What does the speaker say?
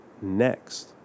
next